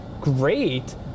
great